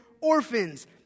orphans